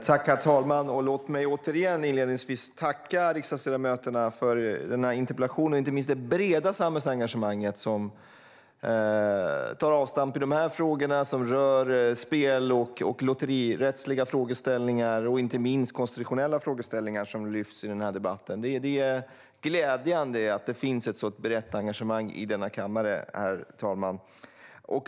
Herr talman! Låt mig inledningsvis återigen tacka riksdagsledamöterna för denna interpellationsdebatt och inte minst för det breda samhällsengagemang som tar avstamp i dessa frågor som rör spel och lotterirättsliga frågeställningar och inte minst konstitutionella frågeställningar som lyfts fram i denna debatt. Det är glädjande att det finns ett så brett engagemang i denna kammare.